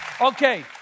Okay